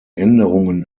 änderungen